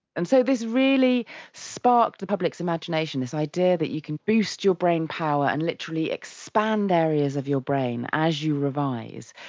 and so this really sparked the public's imagination, this idea that you could boost your brain power and literally expand areas of your brain as you revise.